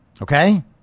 Okay